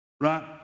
Right